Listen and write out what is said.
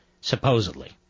supposedly